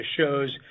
shows –